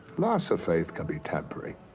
loss of faith can be temporary.